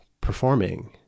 performing